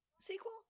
sequel